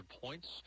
points